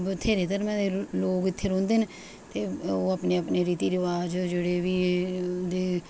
बत्थेरे धर्में दे लोक इत्थै रौंह्दे न ओह् अपने अपने रीति रिवाज जेह्ड़े बी उंदे